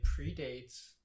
predates